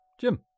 Jim